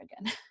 again